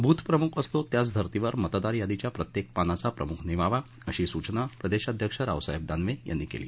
बूथप्रमुख असतो त्याच धर्तीवर मतदार यादीच्या प्रत्येक पानाचा प्रमुख नेमावा अशी सूचना प्रदेशाध्यक्ष रावसाहेब दानवे यांनी केली